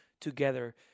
together